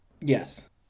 Yes